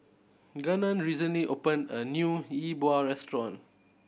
Gannon recently opened a new Yi Bua restaurant